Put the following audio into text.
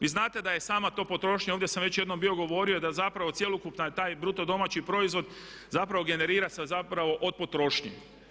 Vi znate da je sama to potrošnja, ovdje sam već jednom bio govorio, da zapravo cjelokupan taj BDP zapravo generira se zapravo od potrošnje.